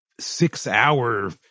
six-hour